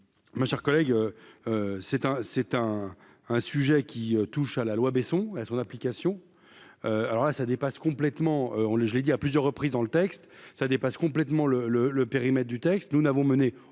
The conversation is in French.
ma chère collègue c'est un c'est un un sujet qui touche à la loi Besson, son application, alors là, ça dépasse complètement, on le, je l'ai dit à plusieurs reprises dans le texte, ça dépasse complètement le le le périmètre du texte, nous n'avons mené